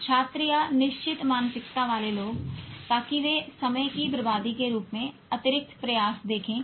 छात्र या निश्चित मानसिकता वाले लोग ताकि वे समय की बर्बादी के रूप में अतिरिक्त प्रयास देखेंगे